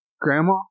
Grandma